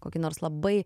kokį nors labai